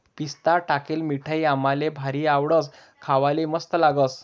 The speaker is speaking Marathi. पिस्ता टाकेल मिठाई आम्हले भारी आवडस, खावाले मस्त लागस